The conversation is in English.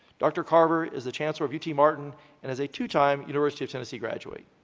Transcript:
dr. carver is the chancellor of ut-martin and is a two-time university of tennessee graduate.